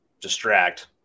distract